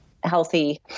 healthy